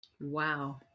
Wow